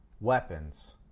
weapons